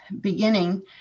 beginning